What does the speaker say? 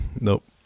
nope